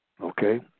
Okay